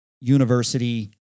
university